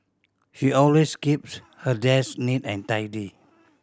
she always keeps her desk neat and tidy